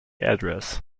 address